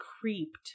creeped